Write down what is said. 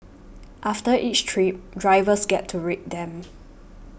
after each trip drivers get to rate them